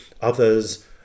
Others